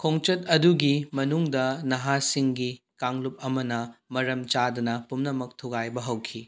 ꯈꯣꯡꯆꯠ ꯑꯗꯨꯒꯤ ꯃꯅꯨꯡꯗ ꯅꯍꯥꯁꯤꯡꯒꯤ ꯀꯥꯡꯂꯨꯞ ꯑꯃꯅ ꯃꯔꯝ ꯆꯥꯗꯅ ꯄꯨꯝꯅꯃꯛ ꯊꯨꯒꯥꯏꯕ ꯍꯧꯈꯤ